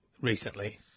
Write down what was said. recently